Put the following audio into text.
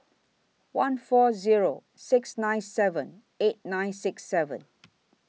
one four Zero six nine seven eight nine six seven